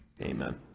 Amen